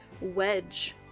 wedge